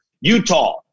Utah